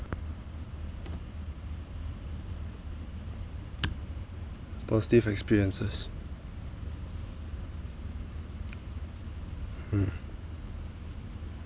positive experiences mm